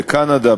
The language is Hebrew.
בקנדה,